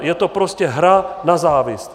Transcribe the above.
Je to prostě hra na závist.